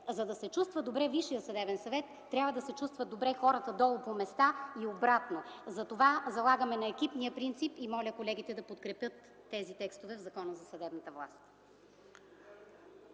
За да се чувства добре той, трябва да се чувстват добре хората долу по места и обратно. Затова залагаме на екипния принцип и затова моля колегите да подкрепят тези текстове в Закона за съдебната власт.